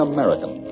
American